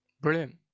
Brilliant